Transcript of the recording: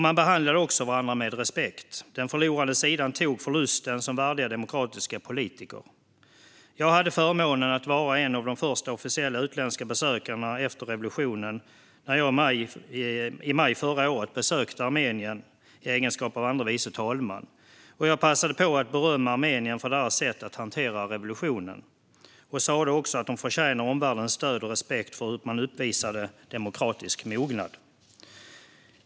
Man behandlade också varandra med respekt. Den förlorande sidan tog förlusten som värdiga demokratiska politiker. Jag hade förmånen att vara en av de första officiella utländska besökarna efter revolutionen när jag i maj förra året besökte Armenien i egenskap av andre vice talman. Jag passade på att berömma armenierna för deras sätt att hantera revolutionen och sa att de förtjänar omvärldens stöd och respekt för hur de uppvisade demokratisk mognad.